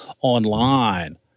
online